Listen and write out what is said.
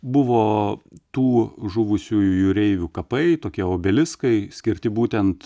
buvo tų žuvusiųjų jūreivių kapai tokie obeliskai skirti būtent